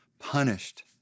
punished